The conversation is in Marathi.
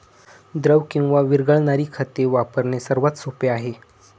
द्रव किंवा विरघळणारी खते वापरणे सर्वात सोपे आहे